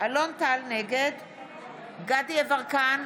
נגד דסטה גדי יברקן,